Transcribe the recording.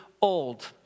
old